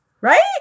Right